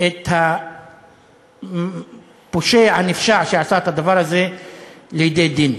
את הפושע הנפשע שעשה את הדבר הזה לידי דין.